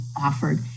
offered